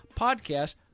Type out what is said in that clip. podcast